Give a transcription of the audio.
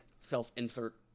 self-insert